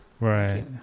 Right